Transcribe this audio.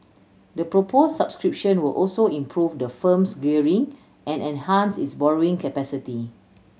the proposed subscription will also improve the firm's gearing and enhance its borrowing capacity